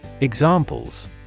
Examples